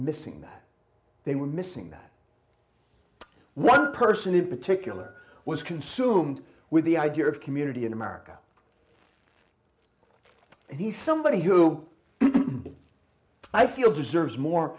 missing that they were missing that one person in particular was consumed with the idea of community in america and he's somebody who i feel deserves more